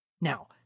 Now